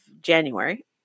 January